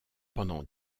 pendant